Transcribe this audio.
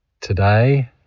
Today